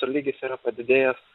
tolygis yra padidėjęs